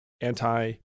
anti